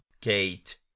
Kate